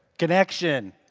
connection.